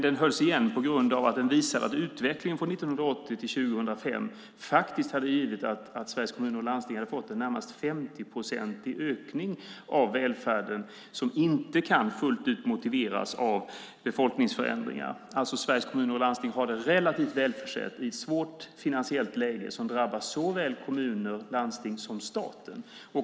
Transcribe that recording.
Den hölls igen på grund av att den visar utvecklingen från 1980 till 2005, att Sveriges Kommuner och Landsting fick en närmast 50-procentig ökning av välfärden som inte fullt ut kan motiveras av befolkningsförändringar. Sveriges Kommuner och Landsting har alltså varit relativt välförsedda i ett svårt finansiellt läge som drabbat såväl kommuner och landsting som staten.